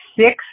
six